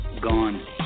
gone